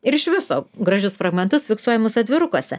ir iš viso gražius fragmentus fiksuojamus atvirukuose